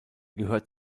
gehört